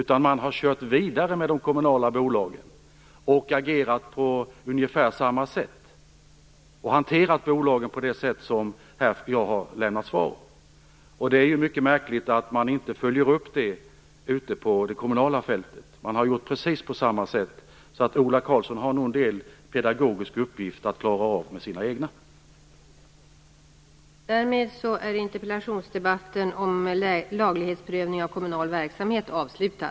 Man har kört vidare med kommunala bolag och agerat på ungefär samma sätt. Man har hanterat bolagen på det sätt som jag här har lämnat svar om. Det är mycket märkligt att man inte följer upp det ute på det kommunala fältet. Man har gjort på precis samma sätt. Så Ola Karlsson har nog en pedagogisk uppgift att klara av när det gäller de egna partivännerna.